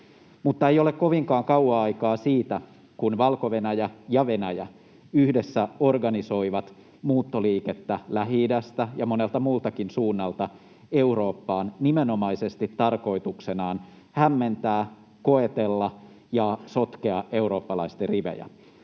Mutta ei ole kovinkaan kauan aikaa siitä, kun Valko-Venäjä ja Venäjä yhdessä organisoivat muuttoliikettä Lähi-idästä ja monelta muultakin suunnalta Eurooppaan, nimenomaisesti tarkoituksenaan hämmentää, koetella ja sotkea eurooppalaisten rivejä.